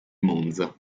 monza